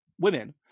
women